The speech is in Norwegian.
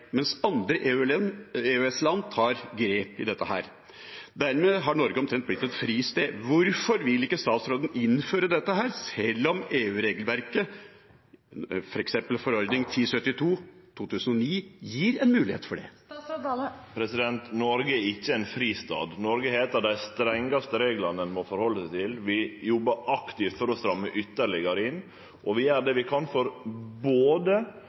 mens andre EØS-land tar grep om dette. Dermed har Norge omtrent blitt et fristed. Hvorfor vil ikke statsråden innføre dette, sjøl om EU-regelverket – f.eks. forordning 1072/2009 – gir en mulighet for det? Noreg er ikkje ein fristad. Noreg har nokre av dei strengaste reglane ein må halde seg til. Vi jobbar aktivt for å stramme ytterlegare inn, og vi gjer det vi kan for både